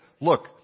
Look